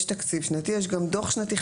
יש תקציב שנתי, יש גם דוח שנתי.